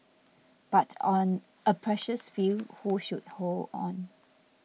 but on a precious few who should hold on